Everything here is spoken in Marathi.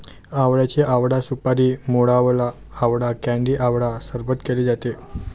आवळ्याचे आवळा सुपारी, मोरावळा, आवळा कँडी आवळा सरबत केले जाते